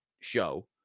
show